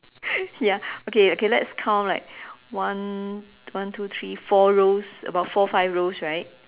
ya okay okay let's count like one one two three four rows about four five rows right